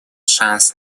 шанс